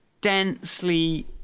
densely